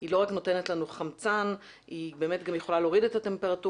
היא לא רק נותנת לנו חמצן אלא היא באמת גם יכולה להוריד את הטמפרטורה